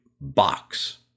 box